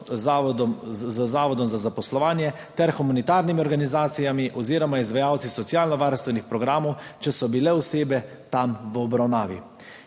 z zavodom za zaposlovanje ter humanitarnimi organizacijami oziroma izvajalci socialnovarstvenih programov, če so bile osebe tam v obravnavi.